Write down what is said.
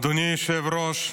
אדוני היושב-ראש,